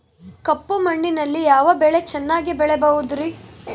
ಕಪ್ಪು ಮಣ್ಣಿನಲ್ಲಿ ಯಾವ ಬೆಳೆ ಚೆನ್ನಾಗಿ ಬೆಳೆಯಬಹುದ್ರಿ?